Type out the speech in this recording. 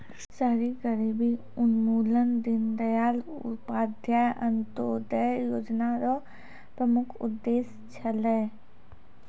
शहरी गरीबी उन्मूलन दीनदयाल उपाध्याय अन्त्योदय योजना र प्रमुख उद्देश्य छलै